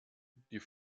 die